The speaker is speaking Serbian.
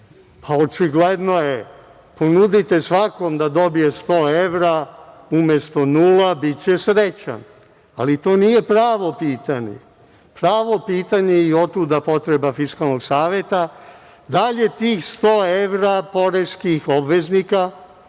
Očigledno je, ponudite svakome da dobije 100 evra umesto 0 i biće srećan, ali to nije pravo pitanje. Pravo pitanje, i otuda potreba Fiskalnog saveta, da li je tih 100 evra poreskih obveznika,